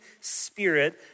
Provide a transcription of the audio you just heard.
spirit